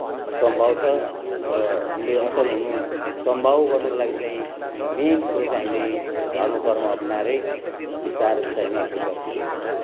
असम्भव छ र हामीले असल हुनु सम्भव गर्नको लागि चाहिँ मेन कुरो चाहिँ हामीले धर्म कर्म अप्नाएरै बिस्तारो बिस्तारो असल व्यक्ति हुनेछौँ